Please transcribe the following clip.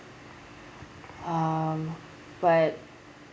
um but